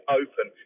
open